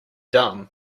dumb